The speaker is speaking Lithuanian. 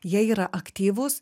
jie yra aktyvūs